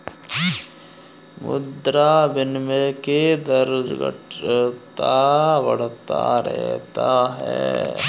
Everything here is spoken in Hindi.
मुद्रा विनिमय के दर घटता बढ़ता रहता है